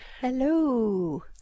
Hello